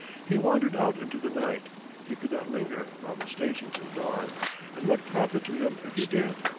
he wandered out into the night he could not linger round the station till dawn and what profit to him if he did?